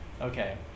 Okay